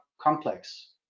complex